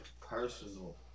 personal